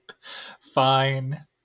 Fine